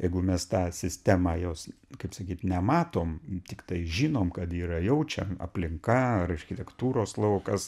jeigu mes tą sistemą jos kaip sakyt nematom tik tai žinom kad yra jaučiam aplinka ar architektūros laukas